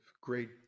great